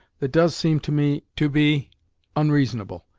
that does seem to me to be onreasonable,